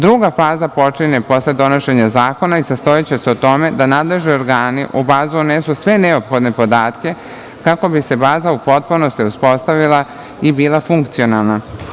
Druga faza počinje posle donošenja zakona i sastojaće se u tome da nadležni organi u bazu unesu sve neophodne podatke kako bi se baza u potpunosti uspostavila i bila funkcionalna.